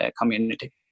community